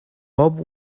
bob